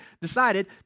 decided